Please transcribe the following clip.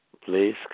please